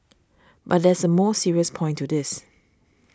but there is a more serious point to this